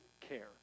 care